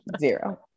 zero